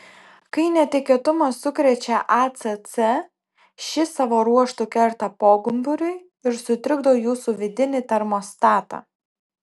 kai netikėtumas sukrečia acc ši savo ruožtu kerta pogumburiui ir sutrikdo jūsų vidinį termostatą